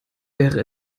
wäre